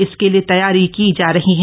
इसके लिए तैयारी की जा रही है